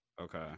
okay